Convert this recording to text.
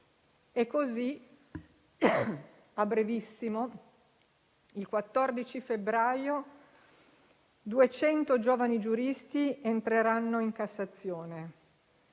processo. A brevissimo, il 14 febbraio, 200 giovani giuristi entreranno in Cassazione;